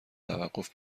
توقف